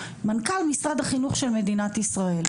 מנכ"ל משרד החינוך של מדינת ישראל.